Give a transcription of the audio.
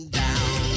down